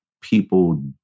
people